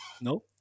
No